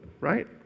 right